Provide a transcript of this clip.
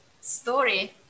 story